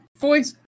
voice